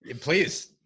Please